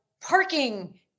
parking